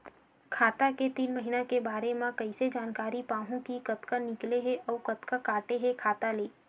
खाता के तीन महिना के बारे मा कइसे जानकारी पाहूं कि कतका निकले हे अउ कतका काटे हे खाता ले?